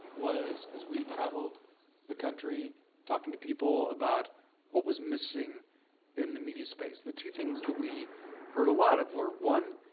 was as we traveled the country talking to people about what was missing in the media space. the two things that we heard a lot of were one,